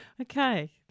okay